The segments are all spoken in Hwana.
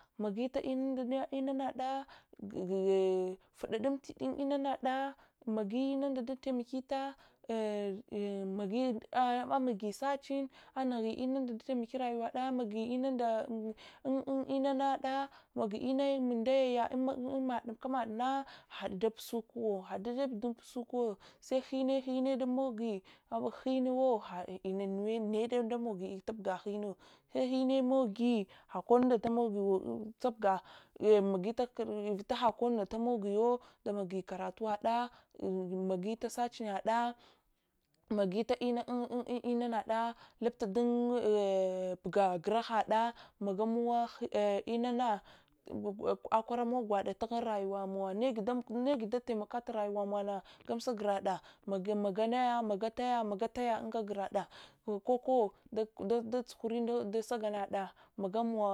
fada dun inanada magi inunda datarmakita amagi searching nughi inunda dataimakit rayuwada magi inunda inanada inayada inaya mun dayaya unmade unkumadna hadidapusukuwo had dajeb dun pusukuwo schme hineda mogi hadhinuwo had inanu need damogi tubga hinnu sehme mogi hakonunda tamoquwo tupao vita hakonu tamogiwo damogi karatuwaɗa magita searching naɗa magita ina inanada lupta dun buga gurahada magamuwa inana akwaramowa gwada taghun rayuwamowa negida ta imakat erayuwa mowuna gumsa guraɗa magumagataya maga taya maga taya unga gurada koko dadzuhure nda sagangaɗa magamowa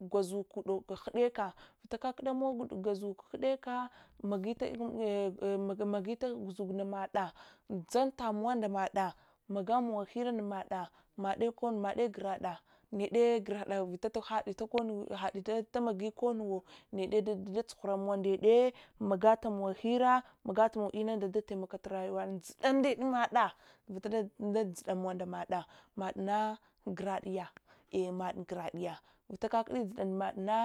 gwazuka hudeka vita kakudamowa gwazuk hudeka magita magita sukna ndamaɗ dzaltamuwa ndamada magamowa hia ndamaɗa madi konu made guradnede gunade, vital hadtukonuwuwa need dadsughwa ndede magatamowa hira magatamowa tmunda dataimmok rayuwa da njidda ned mada nda njidamow nda mada madna gurad iyadimad guradiya vita kakdi njuta ndamadna.